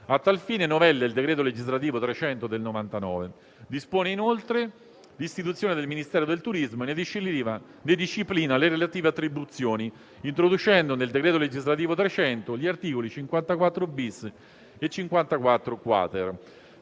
a tal fine novella il decreto legislativo n. 300 del 1999. Dispone inoltre l'istituzione del Ministero del turismo e ne disciplina le relative attribuzioni, introducendo nel citato decreto legislativo 300 del 1999 gli articoli 54-*bis* e 54-*quater.*